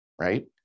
right